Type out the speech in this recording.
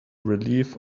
relief